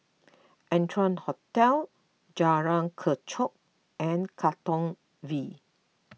Arton Hotel Jalan Kechot and Katong V